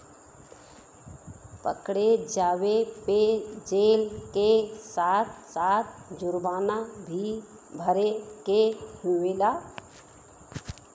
पकड़े जाये पे जेल के साथ साथ जुरमाना भी भरे के होला